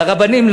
לרבנים,